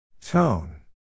Tone